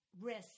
risk